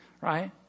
right